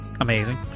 amazing